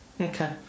Okay